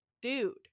dude